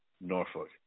Norfolk